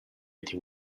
enti